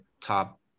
top